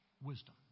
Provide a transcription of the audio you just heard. wisdom